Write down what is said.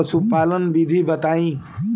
पशुपालन विधि बताई?